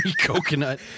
Coconut